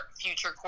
future